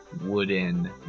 wooden